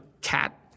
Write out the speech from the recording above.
cat